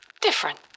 different